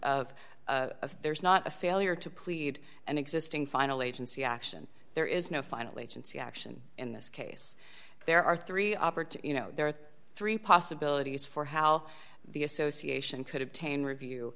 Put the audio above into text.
of there's not a failure to plead an existing final agency action there is no finally see action in this case there are three operative you know there are three possibilities for how the association could obtain review